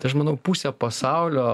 tai aš manau pusė pasaulio